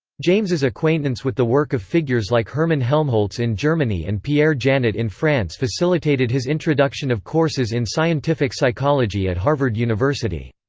james's acquaintance with the work of figures like hermann helmholtz in germany and pierre janet in france facilitated his introduction of courses in scientific psychology at harvard university.